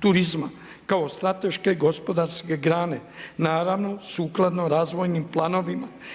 turizma kao strateške gospodarske grane naravno sukladno razvojnim planovima